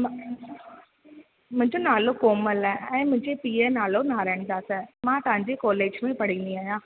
म मुंहिंजो नालो कोमल आहे ऐं मुंहिंजे पीउ जो नालो नारायणदास आहे मां तव्हांजे कॉलेज में पढ़ंदी आहियां